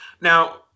Now